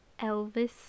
Elvis